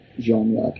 genre